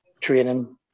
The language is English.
training